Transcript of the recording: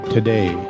Today